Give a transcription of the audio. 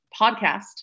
podcast